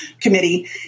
committee